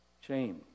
Shame